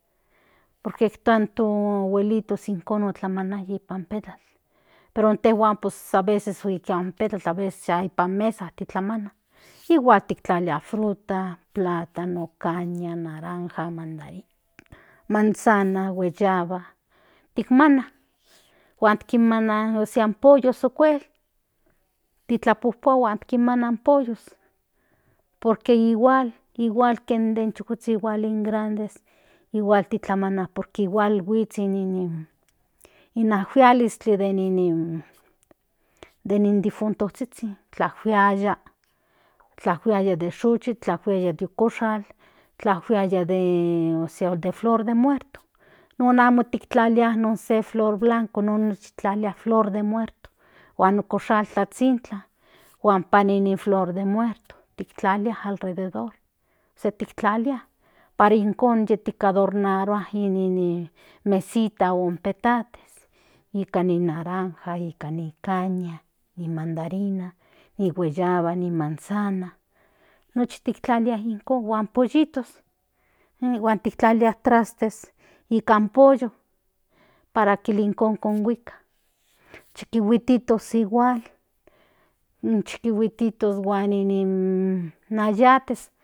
Por que toa in to abuelitos ijkon tlmaya ipan mesas pero intejuan amo nipan pezatl aveces an tlalilia nipan mesa titlamana igual tiktlalia fruta caña naranja plátano mandarina manzana guayaba tikmana kuak kimana in polla okuel titlapojpua huan kimana in pollos por que igual den chukozhizhin den grandes igua titlamana por que igual huits in ajualies de nin difuntozhizhin tlajuaya de xochitl tlajuaya de okoxal tlajuiya de flor ósea de muerto non kintlalia se flor blanca non flor de muerto huan okoxal tlazhinkla huan ipan ni flor de muerto tiktlalia alrededor se tiktlalia para ijkon ti adonarua in mesita on in tetame nikan in naranja nikan in caña ni mandarina ni guayava ni manzana nochi kitlalia ijkon huan pollitos huan tlalia trastes ikan pollo para kininkon kinhuika chihuititos igual in chikihuititos huan in nin ayates.